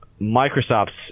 Microsoft's